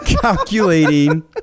calculating